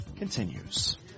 Continues